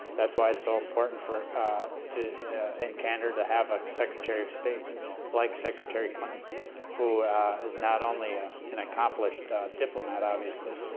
that's why it's so important for in candor, to have a secretary of state like secretary clinton who is not only an accomplished diplomat, obviously,